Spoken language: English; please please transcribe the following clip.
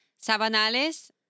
Sabanales